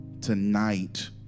tonight